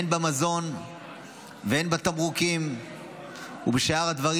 הן במזון והן בתמרוקים ובשאר הדברים